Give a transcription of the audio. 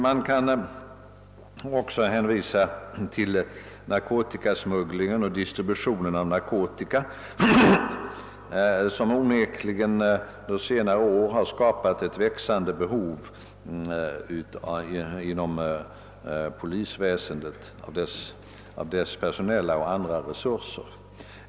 Man kan också hänvisa till narkotikasmugglingen och distributionen av narkotika, som under senare år onekligen skapat ett behov av större personella och materiella resurser inom polisväsendet.